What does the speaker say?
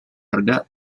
harga